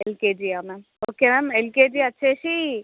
LKG ma'am okay ma'am LKG వచ్చి